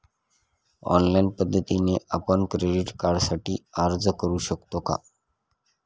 Online पद्धतीने आपण credit कार्डसाठी अर्ज करु शकतो का?